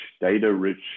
data-rich